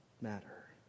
matter